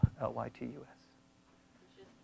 L-Y-T-U-S